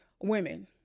women